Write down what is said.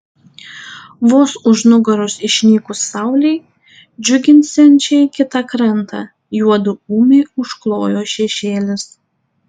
vos už nugaros išnykus saulei džiuginsiančiai kitą krantą juodu ūmiai užklojo šešėlis